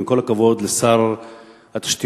עם כל הכבוד לשר התשתיות,